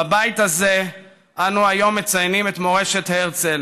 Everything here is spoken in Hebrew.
בבית הזה אנו היום מציינים את מורשת הרצל,